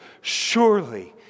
surely